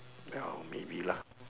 ya maybe lah